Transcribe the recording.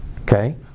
Okay